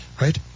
Right